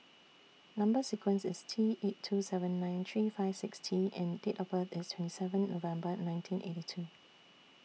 Number sequence IS T eight two seven nine three five six T and Date of birth IS twenty seven November nineteen eighty two